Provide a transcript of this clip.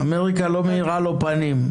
אמריקה לא מאירה לו פנים.